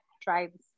drives